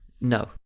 No